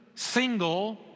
single